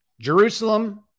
Jerusalem